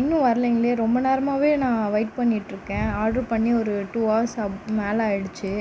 இன்னும் வரலிங்களே ரொம்ப நேரமாகவே நான் வெய்ட் பண்ணிட்டிருக்கேன் ஆட்ரு பண்ணி ஒரு டூ ஆர்ஸ் அதுக்கு மேலே ஆகிடுச்சி